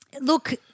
look